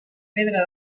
pedra